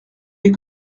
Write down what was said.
des